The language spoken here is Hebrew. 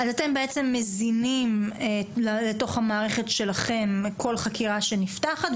אז אתם בעצם מזינים לתוך המערכת שלכם כל חקירה שנפתחת,